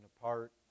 apart